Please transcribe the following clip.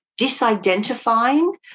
disidentifying